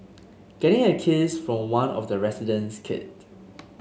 getting a kiss from one of the resident's kid